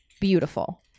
beautiful